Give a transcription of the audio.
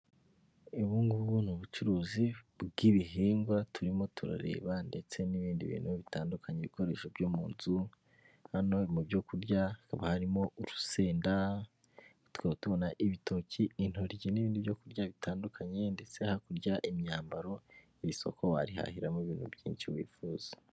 Ubu ngubu ni ubucuruzi bw'ibihingwa turimo turareba ndetse n'ibindi bintu bitandukanye ibikoresho byo mu nzu, hano mu byo kurya hakaba harimo urusenda, tukaba tubona ibitoki, intoryi n'ibindi byo kurya bitandukanye ndetse hakurya imyambaro iri isoko warihahiramo ibintu byinshi wifuza.